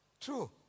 True